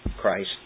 Christ